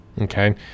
Okay